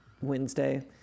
Wednesday